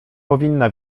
powinna